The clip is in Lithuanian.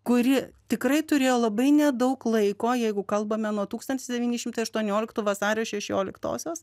kuri tikrai turėjo labai nedaug laiko jeigu kalbame nuo tūkstantis devyni šimtai aštuonioliktų vasario šešioliktosios